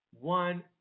one